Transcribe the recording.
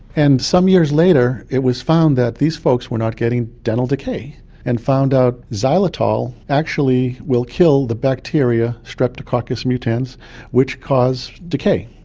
and some years later it was found that these folks were not getting dental decay and found out that xylitol actually will kill the bacteria streptococcus mutans which cause decay.